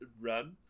run